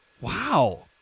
Wow